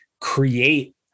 create